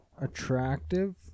attractive